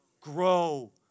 grow